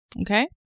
Okay